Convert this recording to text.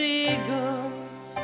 eagles